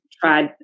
tried